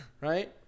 Right